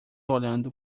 olhando